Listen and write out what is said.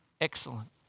excellent